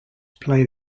play